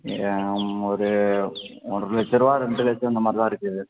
ஆமாம் ஒரு ஒன்றரை லட்சருபா ரெண்டு லட்சம் இந்தமாதிரி தான் இருக்குது